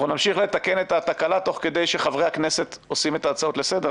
אנחנו נתקן את התקלה תוך כדי שחברי הכנסת עושים את ההצעות לסדר.